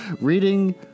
reading